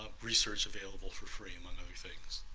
ah research available for free among other things.